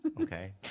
okay